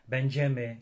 Będziemy